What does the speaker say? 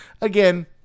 again